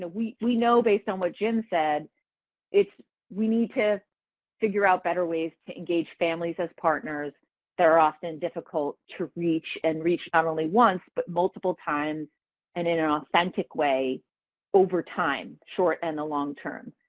ah we we know based on what jim said we need to figure out better ways to engage families as partners that are often difficult to reach and reach not only once but multiple times and in an authentic way over time, short and long-term.